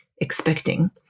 expecting